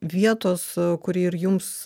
vietos kuri ir jums